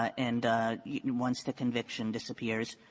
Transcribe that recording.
and once the conviction disappears,